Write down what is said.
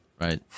Right